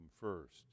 first